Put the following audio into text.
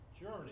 journey